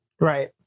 Right